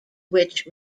which